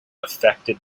affected